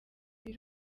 b’i